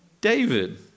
David